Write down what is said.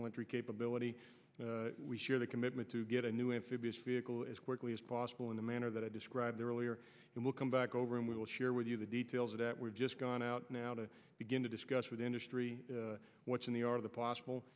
military capability we share the commitment to get a new insidious vehicle as quickly as possible in the manner that i described earlier and we'll come back over and we will share with you the details of that we're just going out now to begin to discuss with industry what's in the or the possible